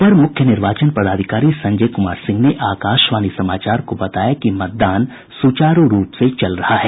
अपर मुख्य निर्वाचन पदाधिकारी संजय कुमार सिंह ने आकाशवाणी समाचार को बताया कि मतदान सुचारू रूप से चल रहा है